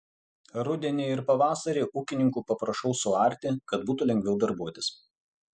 rudenį ir pavasarį ūkininkų paprašau suarti kad būtų lengviau darbuotis